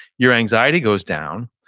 your anxiety goes down.